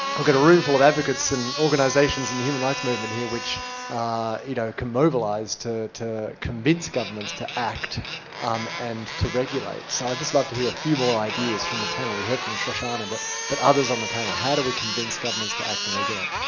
we've got a room full of advocates and organizations in the human rights movement here, which ah you know can mobilize to to convince governments to act um and to regulate, regulate, so i'd just love to hear a few more ideas from the panel, we heard from shoshana, but but others on the panel, how do we convince governments to act and regulate?